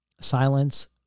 Silence